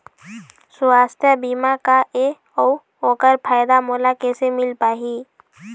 सुवास्थ बीमा का ए अउ ओकर फायदा मोला कैसे मिल पाही?